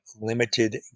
limited